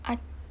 I